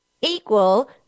equal